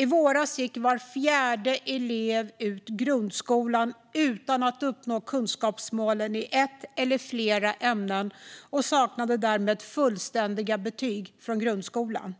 I våras gick var fjärde elev ut grundskolan utan att uppnå kunskapsmålen i ett eller flera ämnen och saknade därmed fullständiga betyg från grundskolan.